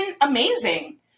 amazing